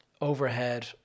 overhead